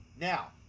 Now